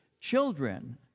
children